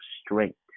strength